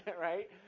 right